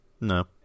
No